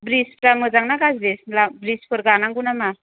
ब्रिजफोरा मोजां ना गाज्रि ब्रिजफोर बारनांगौ नामा